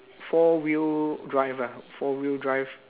four wheel drive ah four wheel drive